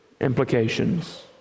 implications